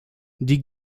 die